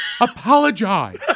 Apologize